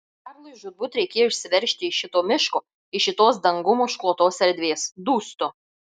karlui žūtbūt reikėjo išsiveržti iš šito miško iš šitos dangum užklotos erdvės dūstu